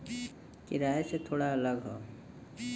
किराए से थोड़ा अलग हौ